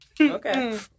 Okay